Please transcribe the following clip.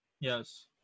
Yes